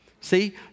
See